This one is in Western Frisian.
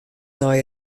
nei